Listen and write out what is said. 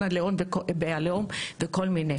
בכמה בתי חולים, כמו בחניון הלאום ובמקומות אחרים.